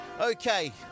Okay